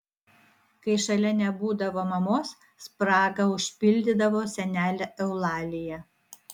kai šalia nebūdavo mamos spragą užpildydavo senelė eulalija